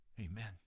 Amen